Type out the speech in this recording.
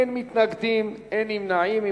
אין מתנגדים, אין נמנעים.